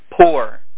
Poor